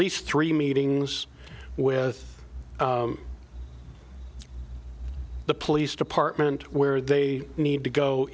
least three meetings with the police department where they need to go